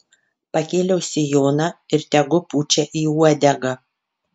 pakėliau sijoną ir tegu pučia į uodegą